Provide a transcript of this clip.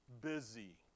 busy